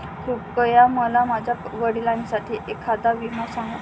कृपया मला माझ्या वडिलांसाठी एखादा विमा सांगा